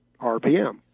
RPM